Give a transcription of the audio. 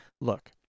look